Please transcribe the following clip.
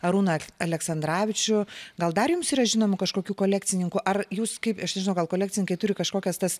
arūną aleksandravičių gal dar jums yra žinoma kažkokių kolekcininkų ar jūs kaip aš nežinau gal kolekcininkai turi kažkokias tas